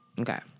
Okay